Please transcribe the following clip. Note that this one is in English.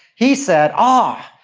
he said, ah,